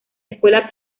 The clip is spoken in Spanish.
escuela